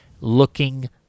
looking